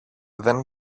δεν